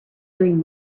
dream